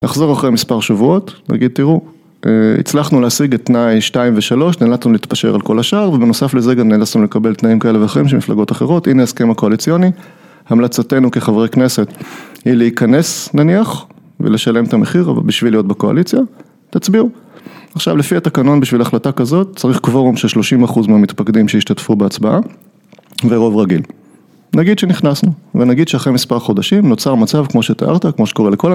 נחזור אחרי מספר שבועות, נגיד תראו, הצלחנו להשיג את תנאי 2 ו-3, נאלצנו להתפשר על כל השאר ובנוסף לזה גם נאלצנו לקבל תנאים כאלה ואחרים של מפלגות אחרות, הנה ההסכם הקואליציוני, המלצתנו כחברי כנסת היא להיכנס נניח ולשלם את המחיר, אבל בשביל להיות בקואליציה, תצביעו. עכשיו, לפי התקנון בשביל החלטה כזאת, צריך קוורום של 30% מהמתפקדים שהשתתפו בהצבעה ורוב רגיל. נגיד שנכנסנו, ונגיד שאחרי מספר חודשים נוצר מצב כמו שתיארת, כמו שקורה לכל ה...